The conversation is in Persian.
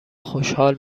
خوشحال